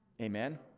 Amen